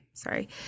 Sorry